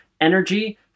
energy